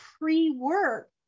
pre-work